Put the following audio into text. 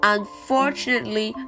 Unfortunately